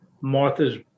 martha's